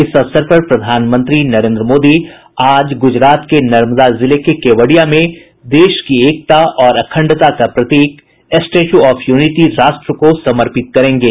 इस अवसर पर प्रधानमंत्री नरेन्द्र मोदी आज गुजरात के नर्मदा जिले के केवडिया में देश की एकता और अखंडता का प्रतीक स्टैच्यू ऑफ यूनिटी राष्ट्र को समर्पित करेंगे